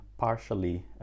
partially